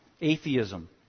atheism